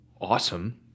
awesome